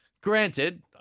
granted